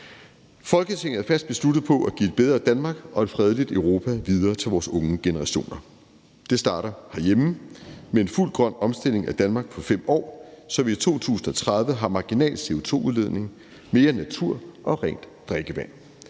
»Folketinget er fast besluttet på at give et bedre Danmark og et fredeligt Europa videre til vores unge generationer. Det starter herhjemme. Med en fuld grøn omstilling af Danmark på 5 år, så vi i 2030 har marginal CO2-udledning, mere natur og rent drikkevand.